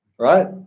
Right